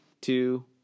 two